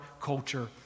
culture